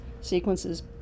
sequences